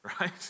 right